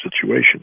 situation